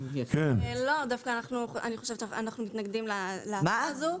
אנחנו מתנגדים להצעה הזאת.